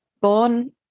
born